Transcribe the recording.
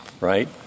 right